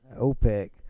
opec